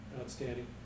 outstanding